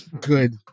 good